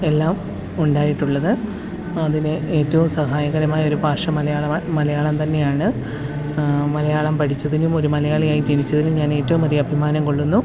എല്ലാം ഉണ്ടായിട്ടുള്ളത് അതിന് ഏറ്റവും സഹായകരമായൊരു ഭാഷ മലയാളമായ് മലയാളം തന്നെയാണ് മലയാളം പഠിച്ചതിനും ഒരു മലയാളിയായി ജനിച്ചതിനും ഞാന് ഏറ്റവും അധികം അഭിമാനം കൊള്ളുന്നു